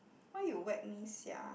why you whack me sia